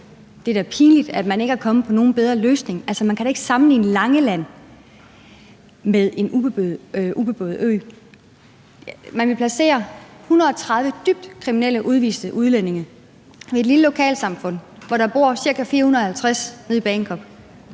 Det er da pinligt, at man ikke er kommet på nogen bedre løsning. Altså, man kan da ikke sammenligne Langeland med en ubeboet ø. Man vil placere 130 dybt kriminelle udviste udlændinge ved et lille lokalsamfund, hvor der bor ca. 450, i Bagenkop